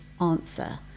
answer